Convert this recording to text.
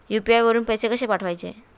UPI वरून पैसे कसे पाठवायचे?